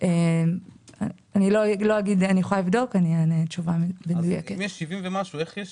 אם יש 70 ומשהו, איך יש